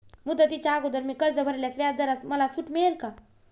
मुदतीच्या अगोदर मी कर्ज भरल्यास व्याजदरात मला सूट मिळेल का?